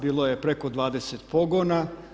Bilo je preko 20 pogona.